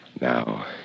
Now